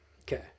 Okay